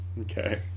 Okay